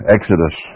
Exodus